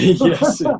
Yes